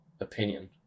opinion